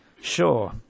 Sure